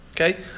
Okay